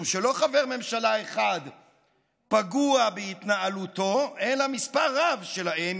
משום שלא חבר ממשלה אחד פגוע בהתנהלותו אלא מספר רב שלהם,